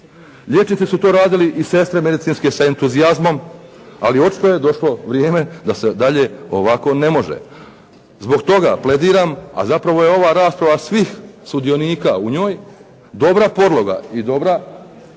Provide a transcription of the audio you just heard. Liječnici su to radili i sestre medicinske sa entuzijazmom, ali očito je došlo vrijeme da se dalje ovako ne može. Zbog toga plediram, a zapravo je ova rasprava svih sudionika u njoj dobra podloga i dobar temelj.